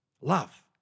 Love